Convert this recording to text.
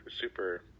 super